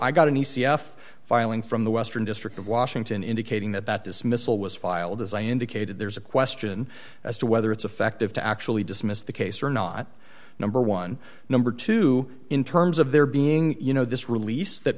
i got in the c f filing from the western district of washington indicating that that dismissal was filed as i indicated there's a question as to whether it's effective to actually dismiss the case or not number one number two in terms of there being you know this release that